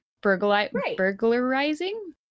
burglarizing